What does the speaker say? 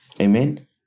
Amen